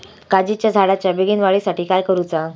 काजीच्या झाडाच्या बेगीन वाढी साठी काय करूचा?